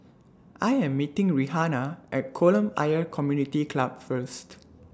I Am meeting Rihanna At Kolam Ayer Community Club First